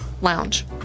Lounge